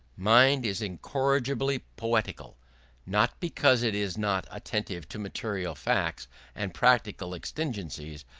mind is incorrigibly poetical not because it is not attentive to material facts and practical exigencies,